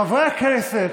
חברי הכנסת.